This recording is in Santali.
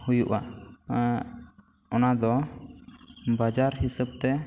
ᱦᱩᱭᱩᱜᱼᱟ ᱚᱱᱟ ᱫᱚ ᱵᱟᱡᱟᱨ ᱦᱤᱥᱟᱹᱵ ᱛᱮ